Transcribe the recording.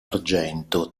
argento